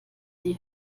die